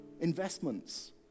investments